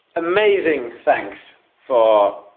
amazing thanks for.